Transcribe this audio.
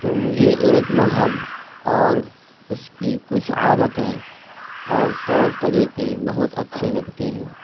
تو مجھے ایک مذہب اور اس کی کچھ عادتیں اور طور طریقے بہت اچھے لگتے ہیں